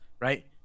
right